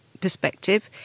perspective